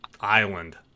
Island